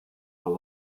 how